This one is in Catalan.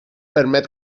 permet